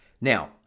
Now